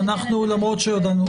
מותר לי.